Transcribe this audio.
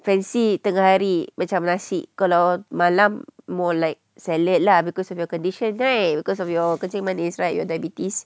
fancy tengah hari macam nasi kalau malam more like salad lah because of your condition right because of your kencing manis right your diabetes